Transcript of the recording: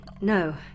no